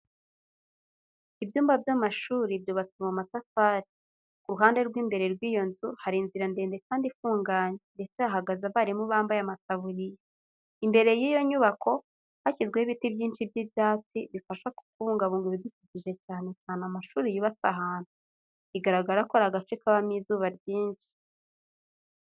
Ibyumba by'amashuri byubatswe mu matafari. Ku ruhande rw'imbere rw'iyo nzu hari inzira ndende kandi ifunganye, ndetse hahagaze abarimu bambaye amataburiya. Imbere y'iyo nyubako hashyizweho ibiti byinshi by'ibyatsi bifasha kubungabunga ibidukikije cyane cyane amashuri yubatse ahantu, bigaragara ko ari agace kabamo izuba ryinshi.